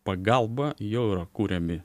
pagalba jau yra kuriami